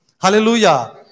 Hallelujah